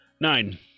Nine